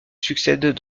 succèdent